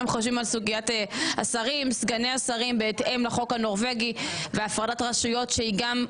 לגבי גודל הממשלה שבה שרים או סגני שרים יכולים להפעיל את המנגנון הזה.